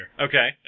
Okay